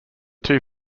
two